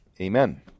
Amen